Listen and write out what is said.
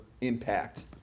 impact